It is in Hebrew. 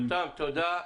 תודה.